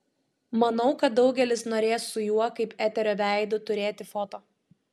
manau kad daugelis norės su juo kaip eterio veidu turėti foto